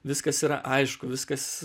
viskas yra aišku viskas